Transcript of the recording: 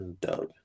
Doug